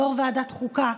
יו"ר ועדת החוקה,